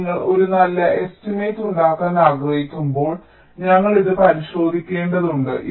അതിനാൽ നിങ്ങൾ ഒരു നല്ല എസ്റ്റിമേറ്റ് ഉണ്ടാക്കാൻ ആഗ്രഹിക്കുമ്പോൾ ഞങ്ങൾ ഇത് പരിശോധിക്കേണ്ടതുണ്ട്